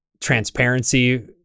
transparency